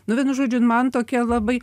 nu vienu žodžiu jin man tokia labai